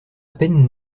peine